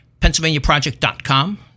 PennsylvaniaProject.com